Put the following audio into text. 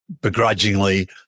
begrudgingly